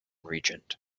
regent